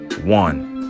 One